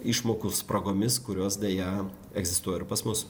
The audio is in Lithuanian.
išmokų spragomis kurios deja egzistuoja ir pas mus